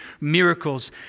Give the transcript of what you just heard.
miracles